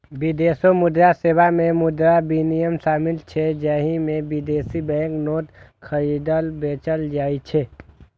विदेशी मुद्रा सेवा मे मुद्रा विनिमय शामिल छै, जाहि मे विदेशी बैंक नोट खरीदल, बेचल जाइ छै